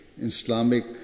Islamic